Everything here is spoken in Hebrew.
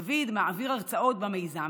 דוד מעביר הרצאות במיזם,